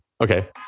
Okay